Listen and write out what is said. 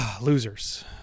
losers